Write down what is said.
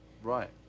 Right